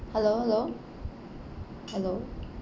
hello hello hello